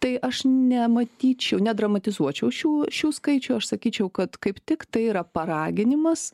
tai aš nematyčiau nedramatizuočiau šių šių skaičių aš sakyčiau kad kaip tik tai yra paraginimas